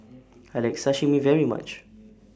I like Sashimi very much